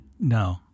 no